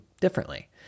differently